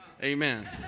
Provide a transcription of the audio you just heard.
Amen